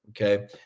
okay